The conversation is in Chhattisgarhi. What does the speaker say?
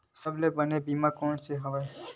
सबले बने बीमा कोन से हवय?